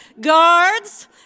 Guards